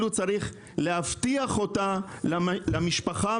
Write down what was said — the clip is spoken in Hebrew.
אלא אפילו צריך להבטיח אותם למשפחה,